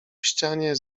ścianie